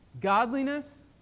godliness